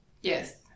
Yes